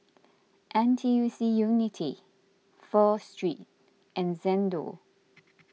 N T U C Unity Pho Street and Xndo